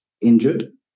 injured